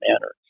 manner